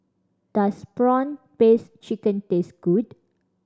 does prawn paste chicken taste good